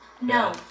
No